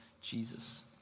Jesus